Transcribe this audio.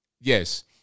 Yes